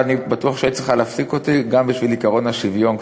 ואני בטוח שהיית צריכה להפסיק אותי קצת גם בשביל עקרון השוויון.